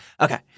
Okay